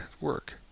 work